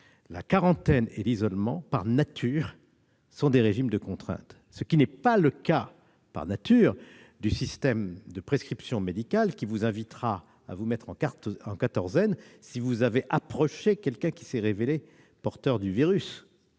La quarantaine et l'isolement, par nature, sont des régimes de contrainte, ce qui n'est pas le cas, par nature, du système de prescription médicale, qui vous invitera à vous mettre en quatorzaine si vous avez approché un porteur du virus.